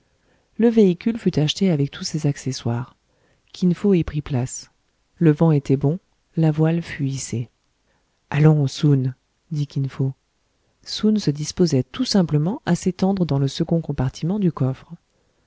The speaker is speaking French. le véhicule fut acheté avec tous ses accessoires kin fo y prit place le vent était bon la voile fut hissée allons soun dit kin fo soun se disposait tout simplement à s'étendre dans le second compartiment du coffre